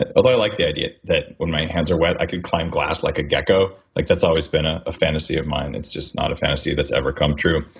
and although i like the idea that when my hands are wet i could climb glass like a gecko, like that's always been ah a fantasy of mine, and it's just not a fantasy that's ever come true.